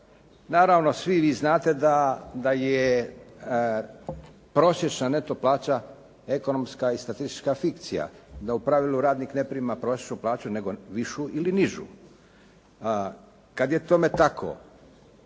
Naravno svi vi znate da je prosječna neto plaća, ekonomska i statistička fikcija, da u pravilu radnik ne prima prosječnu plaću nego višu ili nižu. Kada je tome tako,